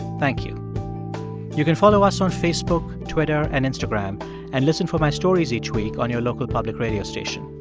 thank you you can follow us on facebook, twitter and instagram and listen for my stories each week on your local public radio station.